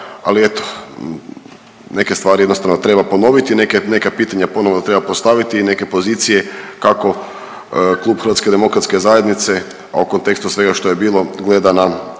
ali eto neke stvari jednostavno treba ponoviti, neke, neka pitanja ponovo treba postaviti i neke pozicije kako Klub HDZ-a, a u kontekstu svega što je bilo gleda na